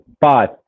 five